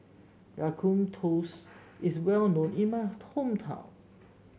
Ya Kun toast is well known in my hometown